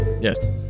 Yes